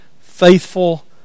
faithful